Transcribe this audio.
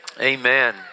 Amen